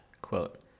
quote